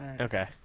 Okay